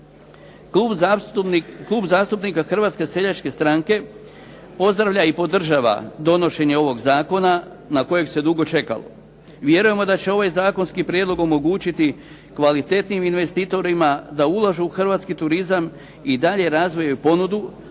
Klub zastupnika Hrvatske seljačke stranke pozdravlja i podržava donošenje ovog zakona na kojeg se dugo čekalo. Vjerujemo da će ovaj zakonski prijedlog omogućiti kvalitetnijim investitorima da ulažu u hrvatski turizam i dalje razvijaju ponudu